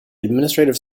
administrative